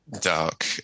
dark